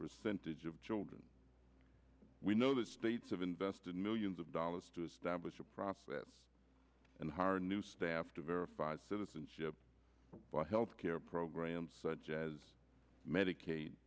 percentage of children we know that states have invested millions of dollars to establish a process and her new staff to verify citizenship health care programs such as medica